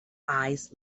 eyes